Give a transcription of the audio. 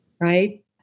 Right